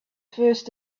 first